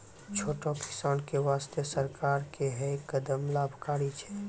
छोटो किसान के वास्तॅ सरकार के है कदम लाभकारी छै